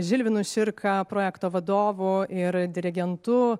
žilvinu širka projekto vadovu ir dirigentu